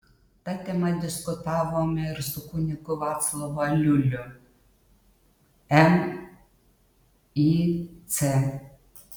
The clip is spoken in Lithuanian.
ta tema diskutavome ir su kunigu vaclovu aliuliu mic